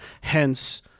Hence